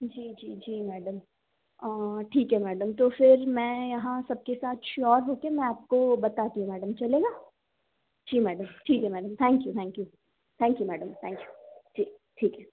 जी जी जीमैडम ठीक है मैडम तो फिर मैं यहाँ सबके साथ श्योर हो के मैं आपको बताती हूँ मैडम चलेगा जी मैडम ठीक है madam thank you thank you thank you madam thank you जी ठीक है